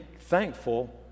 thankful